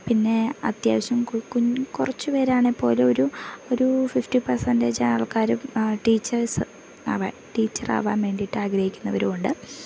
പിന്നെ അത്യാവശ്യം കുറച്ചു പേരാണ് പോലെ ഒരു ഒരു ഫിഫ്റ്റി പേസെൻറ്റേജ് ആൾക്കാരും ടീച്ചേഴ്സ് ആവാൻ ടീച്ചറാവാൻ വേണ്ടിയിട്ട് ആഗ്രഹിക്കുന്നവരും ഉണ്ട്